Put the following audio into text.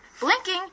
blinking